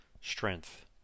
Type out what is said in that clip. strength